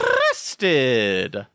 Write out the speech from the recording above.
arrested